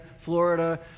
Florida